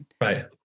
Right